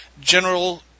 General